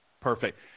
Perfect